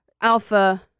Alpha